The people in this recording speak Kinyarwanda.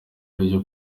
aribyo